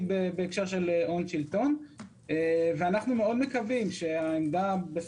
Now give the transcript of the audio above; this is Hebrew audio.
בהקשר של הון-שלטון - ואנחנו מאוד מקווים שהעמדה של